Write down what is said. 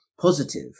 positive